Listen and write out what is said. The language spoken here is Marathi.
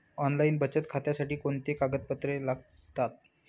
ऑनलाईन बचत खात्यासाठी कोणती कागदपत्रे लागतात?